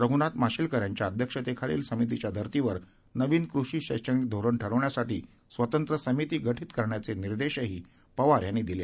रघ्रनाथ माशेलकर यांच्या अध्यक्षतेखालील समितीच्याधर्तीवर नवीन कृषी शैक्षणिक धोरण ठरविण्यासाठी स्वतंत्र समिती गठीत करण्याचे निर्देश पवार यांनी दिले